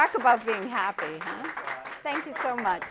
thanks about being happy thank you so much